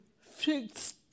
fixed